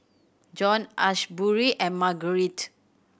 Jon Asbury and Margarite